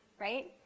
right